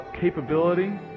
capability